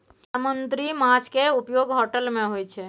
समुन्दरी माछ केँ उपयोग होटल मे होइ छै